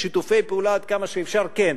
שיתופי פעולה עד כמה שאפשר, כן.